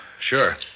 sure